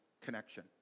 connection